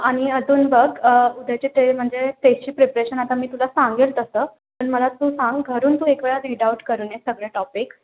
आणि अजून बघ उद्याची ते म्हणजे टेस्टची प्रिपरेशन आता मी तुला सांगेल तसं पण मला तू सांग घरून तू एक वेळा रीड आउट करून ये सगळे टॉपिक्स